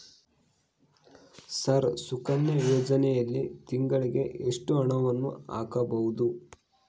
Sir Sukanya ಯೋಜನೆಯಲ್ಲಿ ತಿಂಗಳಿಗೆ ಎಷ್ಟು ಹಣವನ್ನು ಹಾಕಬಹುದು?